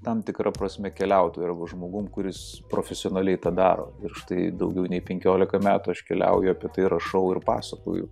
tam tikra prasme keliautoju ar žmogum kuris profesionaliai tą daro ir štai daugiau nei penkiolika metų aš keliauju apie tai rašau ir pasakoju